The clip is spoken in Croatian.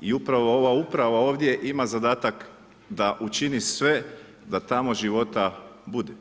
i upravo ova uprava ovdje ima zadatak da učini sve da tamo života bude.